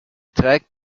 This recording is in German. trägt